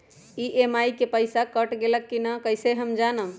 EMI के पईसा कट गेलक कि ना कइसे हम जानब?